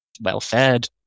well-fed